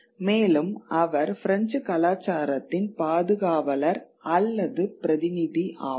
மேலும் அவர் பிரெஞ்சு கலாச்சாரத்தின் பாதுகாவலர் அல்லது பிரதிநிதி ஆவார்